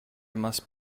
must